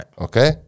Okay